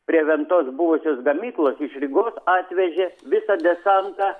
prie ventos buvusios gamyklos iš rygos atvežė visą desantą